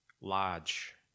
large